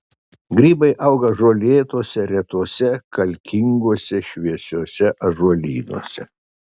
grybai auga žolėtuose retuose kalkinguose šviesiuose ąžuolynuose